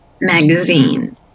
magazine